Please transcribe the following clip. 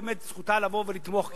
באמת זכותה לבוא ולתמוך,